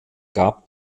gab